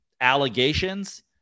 allegations